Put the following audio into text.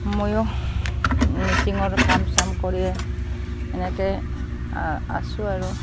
ময়ো মিচিঙৰ কাম চাম কৰিয়ে এনেকৈ আছোঁ আৰু